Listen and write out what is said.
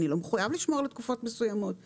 אני לא מחויב לשמור לתקופות מסוימות וכו'.